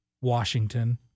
Washington